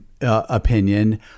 opinion